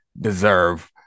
deserve